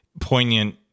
poignant